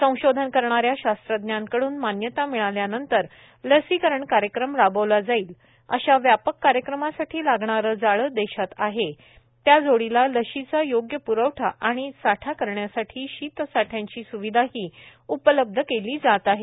संशोधन करणाऱ्या शास्त्रज्ञांकडून मान्यता मिळाल्यानंतर लसीकरण कार्यक्रम राबवला जाईल अशा व्यापक कार्यक्रमासाठी लागणारं जाळं देशात आहे त्या जोडीला लशीचा योग्य प्रवठा आणि साठा करण्यासाठी शीतसाठ्यांची स्विधाही उपलब्ध केली जात आहे